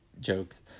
jokes